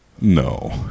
no